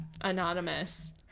anonymous